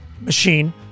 machine